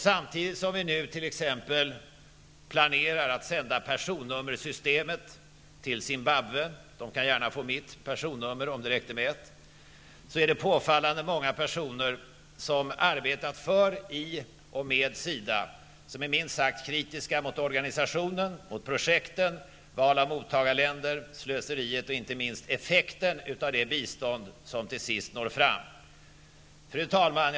Samtidigt som vi nu t.ex. planerar att sända personnummersystemet till Zimbabwe -- man kan där gärna få mitt, om det räcker med ett -- är det påfallande många personer som arbetat för, i eller med SIDA som är minst sagt kritiska mot organisationen, mot projekten, mot val av mottagarländer, mot slöseriet och, inte minst, mot effekten av det bistånd som till sist når fram. Fru talman!